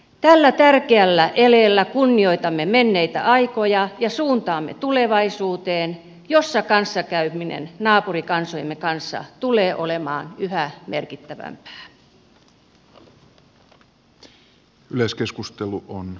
tällä tärkeällä eleellä kunnioitamme menneitä aikoja ja suuntaamme tulevaisuuteen jossa kanssakäyminen naapurikansojemme kanssa tulee olemaan yhä merkittävämpää